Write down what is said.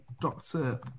Doctor